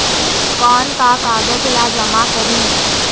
कौन का कागज ला जमा करी?